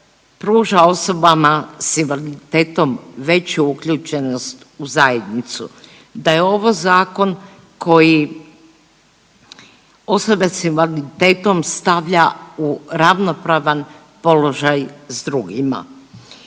pruža osobama s invaliditetom veću uključenost u zajednicu, da je ovo zakon koji osobe s invaliditetom stavlja u ravnopravan položaj s drugima.